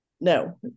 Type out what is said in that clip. No